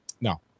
No